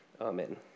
Amen